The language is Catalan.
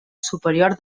superior